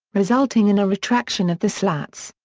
resulting in a retraction of the slats.